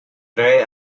rei